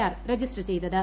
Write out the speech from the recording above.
R register പ്ലെയ്തത്